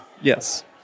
Yes